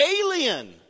alien